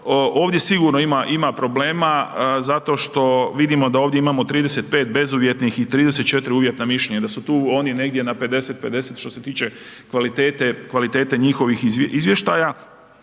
Ovdje sigurno ima problema zato što vidimo da ovdje imamo 35 bezuvjetnih i 34 uvjetna mišljenja, da su tu oni negdje na 50:50 što se tiče kvalitete njihovih izvještaja.